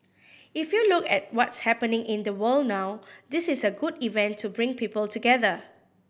if you look at what's happening in the world now this is a good event to bring people together